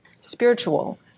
spiritual